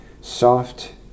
soft